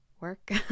work